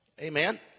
Amen